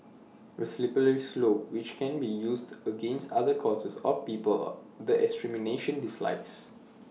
A slippery slope which can be used against other causes or people the administration dislikes